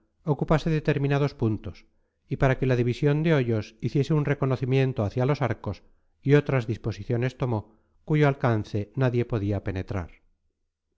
ocupase determinados puntos y para que la división de hoyos hiciese un reconocimiento hacia los arcos y otras disposiciones tomó cuyo alcance nadie podía penetrar